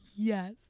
Yes